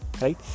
right